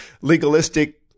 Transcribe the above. Legalistic